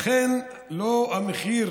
לכן, המחיר